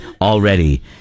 already